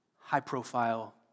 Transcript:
high-profile